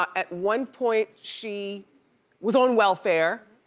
at one point, she was on welfare,